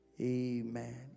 amen